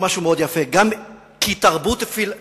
הוא אמר משהו מאוד יפה: "גם כי תרבו תפלה